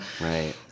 Right